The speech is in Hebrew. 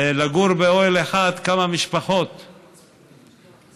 לגור באוהל אחד, כמה משפחות באוהל,